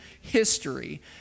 history